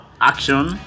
action